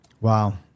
Wow